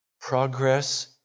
Progress